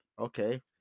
Okay